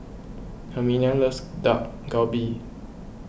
Herminia loves Dak Galbi